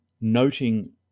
noting